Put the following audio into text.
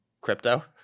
crypto